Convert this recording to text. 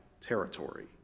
territory